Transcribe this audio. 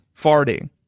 Farting